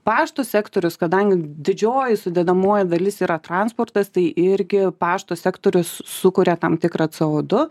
pašto sektorius kadangi didžioji sudedamoji dalis yra transportas tai irgi pašto sektorius sukuria tam tikrą c o du